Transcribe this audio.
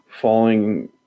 falling